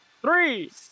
Three